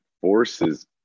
forces